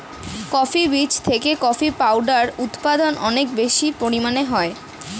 coffee বীজ থেকে coffee powder উৎপাদন অনেক বেশি পরিমাণে হয়